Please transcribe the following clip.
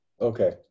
Okay